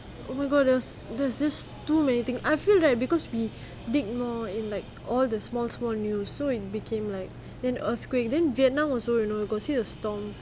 oh my god there's there's this too many thing I feel that because we dig more in like all the small small new so it became like then earthquake then vietnam also you know you got see the storm